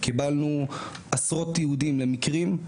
קיבלנו עשרות תיעודים למקרים,